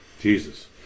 Jesus